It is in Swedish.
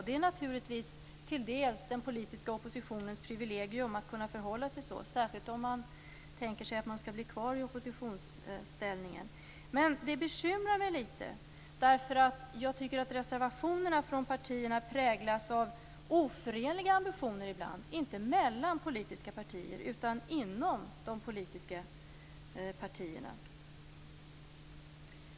Det är naturligtvis till dels den politiska oppositionens privilegium att kunna förhålla sig så, särskilt om man tänker sig att man skall bli kvar i oppositionsställning. Men det bekymrar mig litet, därför att jag tycker att reservationerna från partierna präglas av oförenliga ambitioner ibland, inte mellan politiska partier, utan inom de politiska partierna.